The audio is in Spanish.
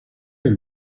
del